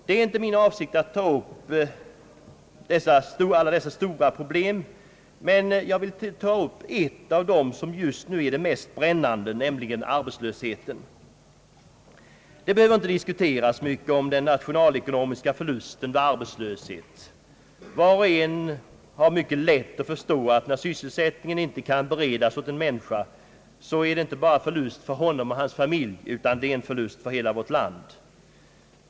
Det är inte min avsikt att ta upp alla dessa stora problemkomplex, men jag vill ta upp ett av de just nu mest brännande problemen, nämligen arbetslösheten. Det behöver inte diskuteras mycket om den nationalekonomiska förlusten vid arbetslöshet. Var och en har lätt att förstå, att när sysselsättning inte kan beredas åt en människa så betyder det inte bara förlust för honom och hans familj, utan också förlust för hela vårt land.